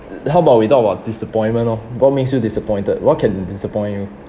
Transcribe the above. how about we talk about disappointment lor what makes you disappointed what can disappoint you